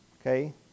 okay